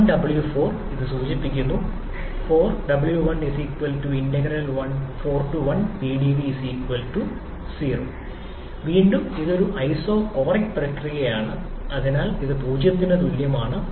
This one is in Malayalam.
ഇപ്പോൾ 1w4 ഇത് സൂചിപ്പിക്കുന്നു വീണ്ടും ഇത് ഒരു ഐസോകോറിക് പ്രക്രിയയാണ് അതിനാൽ ഇത് 0 ന് തുല്യമാണ്